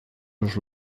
los